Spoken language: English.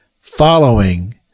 following